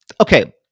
okay